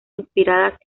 inspiradas